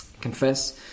confess